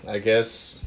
I guess